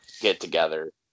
get-together